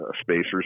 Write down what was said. spacers